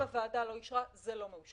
אם הוועדה לא אישרה, זה לא מאושר.